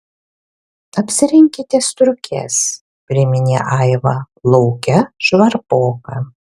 apsirenkite striukes priminė aiva lauke žvarboka